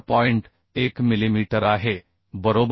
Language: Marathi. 1 मिलीमीटर आहे बरोबर